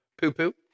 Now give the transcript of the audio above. poo-poo